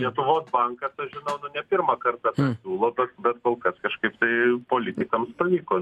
lietuvos bankas aš žinau nu ne pirmą kartą pasiūlo bet kol kas kažkaip tai politikams pavyko